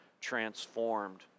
transformed